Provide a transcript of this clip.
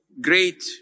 great